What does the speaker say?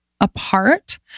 apart